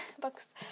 books